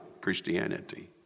Christianity